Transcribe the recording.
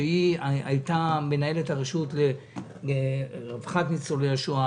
שהייתה מנהלת הרשות לרווחת ניצולי השואה,